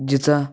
जिचा